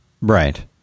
Right